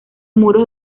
muros